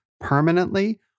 permanently